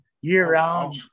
year-round